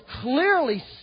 clearly